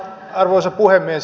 arvoisa puhemies